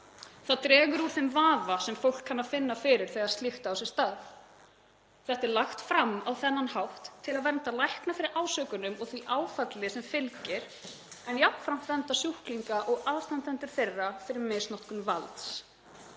Þá dregur úr þeim vafa sem fólk kann að finna fyrir þegar slíkt á sér stað. Þetta er lagt fram á þennan hátt til að vernda lækna fyrir ásökunum og því áfalli sem fylgir en jafnframt vernda sjúklinga og aðstandendur þeirra fyrir misnotkun valds.